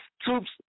troops